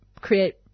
create